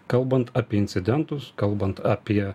kalbant apie incidentus kalbant apie